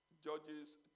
Judges